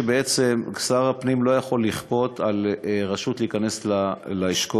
שר הפנים לא יכול לכפות על רשות להיכנס לאשכול